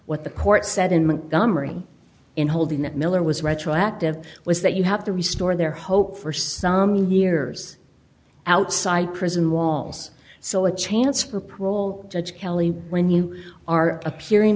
what the court said in montgomery in holding that miller was retroactive was that you have to restore their hope for some years outside prison walls so a chance for parole judge kelly when you are appearing